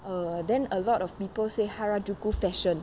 err then a lot of people say harajuku fashion